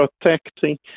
protecting